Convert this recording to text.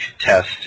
test